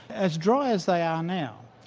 as dry as they are now,